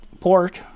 pork